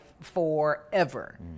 forever